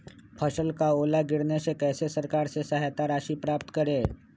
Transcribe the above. फसल का ओला गिरने से कैसे सरकार से सहायता राशि प्राप्त करें?